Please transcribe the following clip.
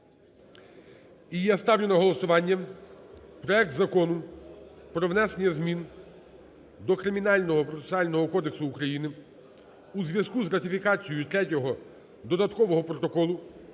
І я ставлю на голосування проект Закону про внесення змін до Кримінального процесуального кодексу України у зв'язку з ратифікацією третього додаткового протоколу